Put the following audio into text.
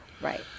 Right